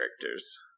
characters